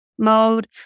mode